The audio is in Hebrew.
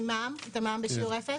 את המע"מ בשיעור אפס?